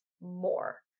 more